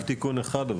רק תיקון אחד.